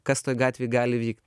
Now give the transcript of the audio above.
kas toj gatvėj gali vykt